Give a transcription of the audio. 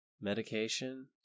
medication